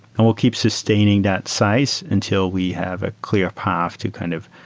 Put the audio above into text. and will keep sustaining that size until we have a clear path to kind of